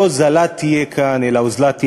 לא הוזלה תהיה כאן, אלא אוזלת יד,